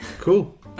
Cool